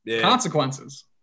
Consequences